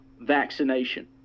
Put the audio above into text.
vaccination